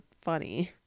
funny